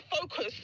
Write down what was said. focus